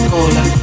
Cola